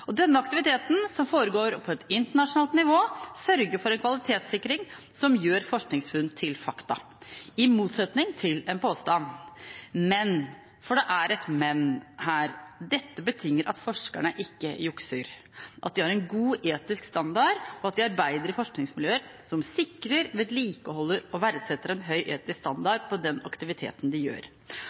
Denne aktiviteten, som foregår på et internasjonalt nivå, sørger for en kvalitetssikring som gjør forskningsfunn til fakta, i motsetning til en påstand. Men, for det er et men her: Dette betinger at forskerne ikke jukser, at de har en god etisk standard, og at de arbeider i forskningsmiljøer som sikrer, vedlikeholder og verdsetter en høy etisk standard på den aktiviteten de gjør.